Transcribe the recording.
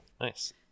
Nice